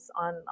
on